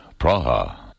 Praha